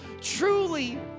truly